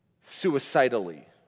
suicidally